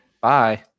Bye